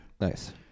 Nice